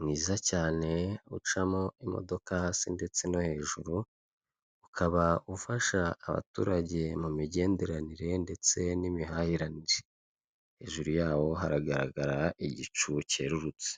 mwiza cyane ucamo imodoka hasi ndetse no hejuru, ukaba ufasha abaturage mu migenderanire ndetse n'imihahiranire, hejuru yawo haragaragara igicu cyererutse.